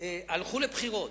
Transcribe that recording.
הלכו לבחירות,